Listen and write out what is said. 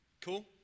Cool